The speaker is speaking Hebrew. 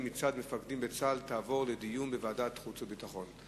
מצד מפקדים בצה"ל יועברו לדיון בוועדת החוץ והביטחון.